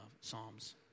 Psalms